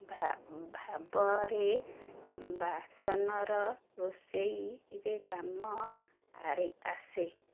ଭା ଭାବରେ ବାସନର ରୋଷେଇରେ କାମ ଆରେ ଆସେ